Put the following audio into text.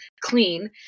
clean